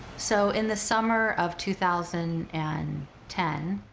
so in the summer of two thousand and ten,